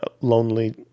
lonely